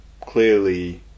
clearly